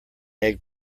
egg